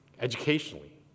educationally